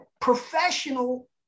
professional